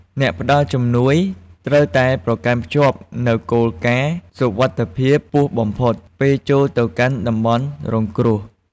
អ្នកផ្តល់ជំនួយត្រូវតែប្រកាន់ខ្ជាប់នូវគោលការណ៍សុវត្ថិភាពខ្ពស់បំផុត ពេលចូលទៅកាន់តំបន់រងគ្រោះ។